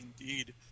Indeed